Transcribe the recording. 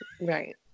Right